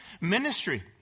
ministry